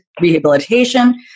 rehabilitation